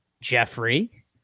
Jeffrey